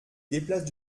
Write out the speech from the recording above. déplacent